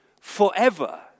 forever